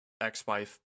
ex-wife